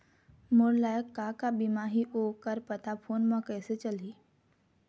मोर लायक का का बीमा ही ओ कर पता फ़ोन म कइसे चलही?